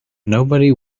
nobody